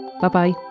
Bye-bye